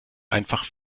einfach